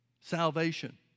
salvation